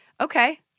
Okay